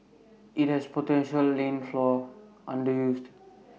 its potential has lain fallow underused